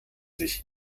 sich